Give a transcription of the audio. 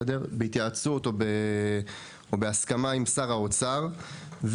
בהתייעצות או בהסכמה עם שר האוצר,